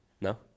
No